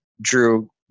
drew